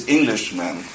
Englishman